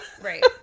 Right